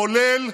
כולל,